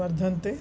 वर्धन्ते